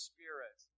Spirit